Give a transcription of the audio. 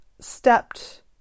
stepped